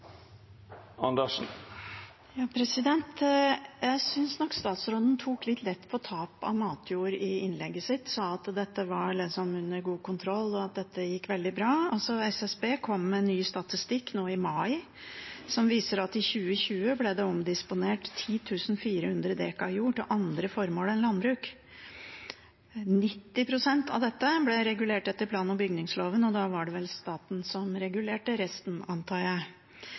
Jeg synes nok statsråden tok litt lett på tap av matjord i innlegget sitt, og sa at dette var under god kontroll, og at dette gikk veldig bra. SSB kom med en ny statistikk nå i mai som viser at i 2020 ble det omdisponert 10 400 dekar jord til andre formål enn landbruk. 90 pst. av dette ble regulert etter plan- og bygningsloven, og da var det vel staten som regulerte resten, antar jeg.